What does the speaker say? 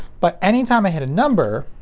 but any time i hit a number,